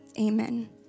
amen